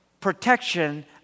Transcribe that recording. protection